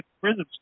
prisons